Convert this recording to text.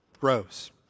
grows